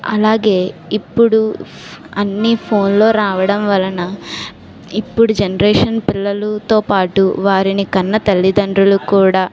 అలాగే ఇప్పుడు అన్ని ఫోన్లో రావడం వలన ఇప్పుడు జనరేషన్ పిల్లలుతో పాటు వారిని కన్న తల్లిదండ్రులు కూడా